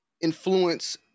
influence